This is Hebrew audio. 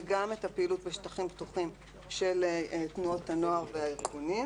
וגם את הפעילות בשטחים פתוחים של תנועות הנוער והארגונים.